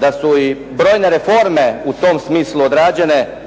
da su i brojne reforme u tom smislu odrađene,